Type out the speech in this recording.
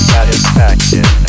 Satisfaction